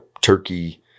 turkey